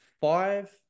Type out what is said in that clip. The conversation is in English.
five